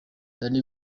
danny